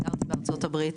גרתי בארצות הברית,